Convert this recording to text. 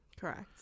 Correct